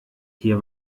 hier